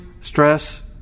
stress